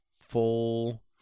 full